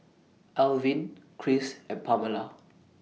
Elvin Chris and Pamella